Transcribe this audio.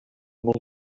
molt